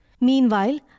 Meanwhile